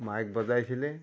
Mike বজাইছিলে